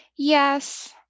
Yes